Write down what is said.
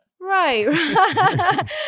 Right